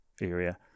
area